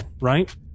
right